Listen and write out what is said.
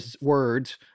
words